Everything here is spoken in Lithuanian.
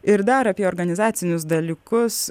ir dar apie organizacinius dalykus